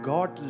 God